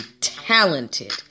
talented